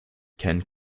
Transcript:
kein